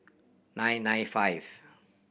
nine nine five